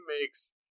makes